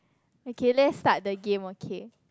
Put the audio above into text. okay let's start the game okay